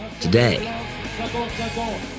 today